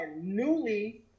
newly